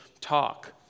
talk